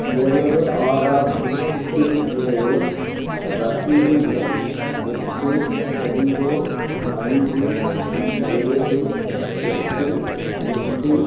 எனது ஆதார் புதுப்பிப்பின் நிலையை ரசீது எண் எட்டு ரெண்டு அஞ்சு ஏழு எட்டு எட்டு